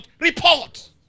report